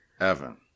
Evan